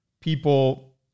people